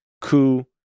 coup